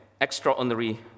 extraordinary